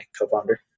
co-founder